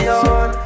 on